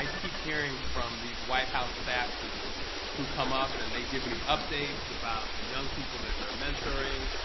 ah keep hearing from these white house staff people who come up and they give me updates about the young people that they're mentoring.